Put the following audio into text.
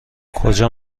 کجا